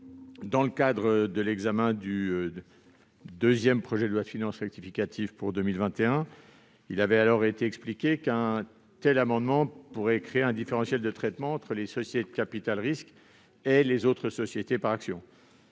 ? À l'occasion de l'examen du deuxième projet de loi de finances rectificative pour 2021, le Gouvernement avait expliqué qu'un tel amendement pourrait créer un différentiel de traitement entre les sociétés de capital-risque et les autres sociétés par actions.